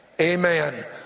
Amen